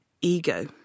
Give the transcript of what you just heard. ego